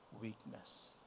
weakness